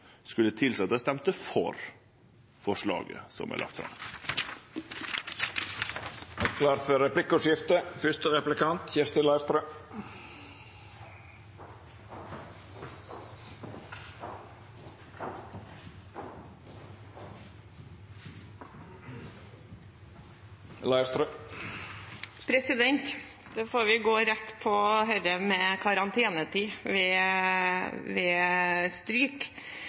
skulle tilseie at dei ville stemme for forslaget som er lagt fram. Det vert replikkordskifte. Da får vi gå rett på dette med karantenetid ved stryk.